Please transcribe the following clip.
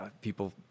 people